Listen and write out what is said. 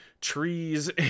trees